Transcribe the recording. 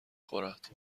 خورد